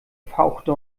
fauchte